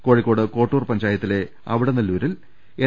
കോഴിക്കോട് കോട്ടൂർ പഞ്ചായത്തിലെ അവിടനല്ലൂരിൽ എൻ